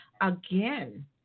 again